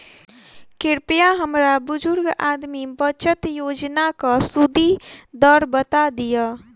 कृपया हमरा बुजुर्ग आदमी बचत योजनाक सुदि दर बता दियऽ